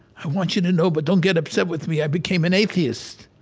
i want you to know, but don't get upset with me. i became an atheist.